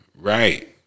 Right